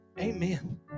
Amen